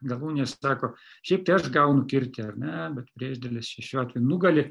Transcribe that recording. galūnė sako šiaip tai aš gaunu kirtį ar ne bet priešdėlis čia šiuo atveju nugali